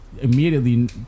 immediately